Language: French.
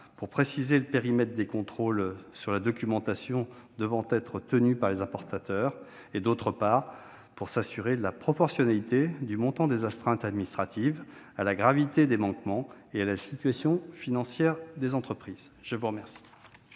pour préciser le périmètre des contrôles sur la documentation devant être tenue par les importateurs, d'autre part pour nous assurer de la proportionnalité du montant des astreintes administratives à la gravité des manquements et à la situation financière des entreprises. La parole